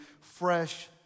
fresh